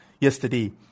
yesterday